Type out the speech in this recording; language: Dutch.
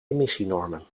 emissienormen